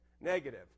negative